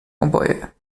oboje